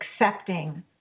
accepting